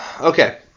Okay